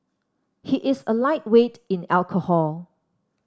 he is a lightweight in alcohol